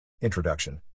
Introduction